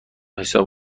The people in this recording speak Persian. حساب